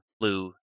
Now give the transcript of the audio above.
blue